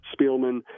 Spielman